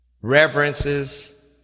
reverences